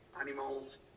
animals